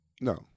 No